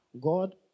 God